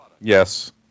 Yes